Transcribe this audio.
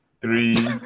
Three